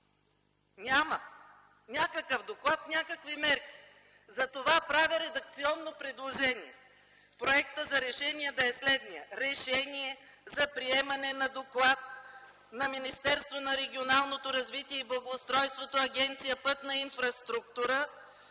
няма! Някакъв доклад, някакви мерки. Правя редакционно предложение проектът за решение да е следният: „Решение за приемане на Доклад на Министерството на регионалното развитие и благоустройството, Агенция „Пътна инфраструктура”